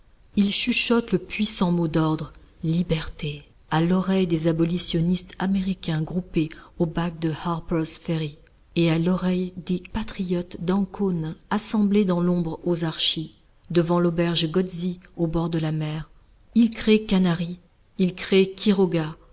il chuchote le puissant mot d'ordre liberté à l'oreille des abolitionnistes américains groupés au bac de harper's ferry et à l'oreille des patriotes d'ancône assemblés dans l'ombre aux archi devant l'auberge gozzi au bord de la mer il crée canaris il crée quiroga